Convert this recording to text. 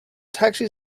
taxi